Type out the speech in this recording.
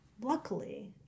luckily